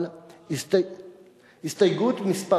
אבל הסתייגות מס'